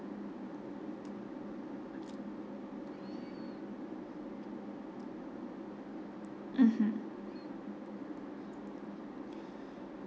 mmhmm